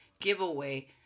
giveaway